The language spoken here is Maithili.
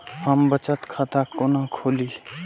हम बचत खाता कोन खोली?